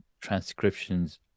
transcriptions